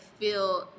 feel